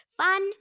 Fun